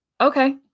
Okay